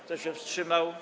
Kto się wstrzymał?